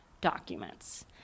documents